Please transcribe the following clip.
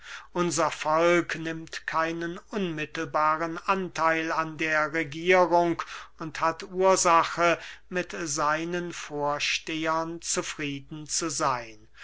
unser volk nimmt keinen unmittelbaren antheil an der regierung und hat ursache mit seinen vorstehern zufrieden zu seyn